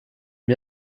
wie